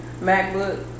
MacBook